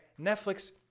Netflix